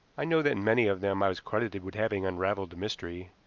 i know that in many of them i was credited with having unraveled the mystery,